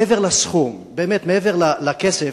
מעבר לסכום, באמת מעבר לכסף,